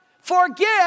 forgive